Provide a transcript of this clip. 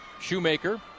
Shoemaker